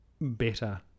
better